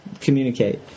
Communicate